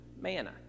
manna